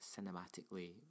cinematically